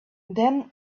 then